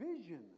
vision